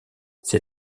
ces